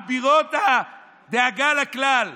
אבירות הדאגה לכלל.